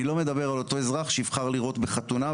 אני לא מדבר על אותו אזרח שיבחר לירות בחתונה,